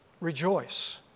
rejoice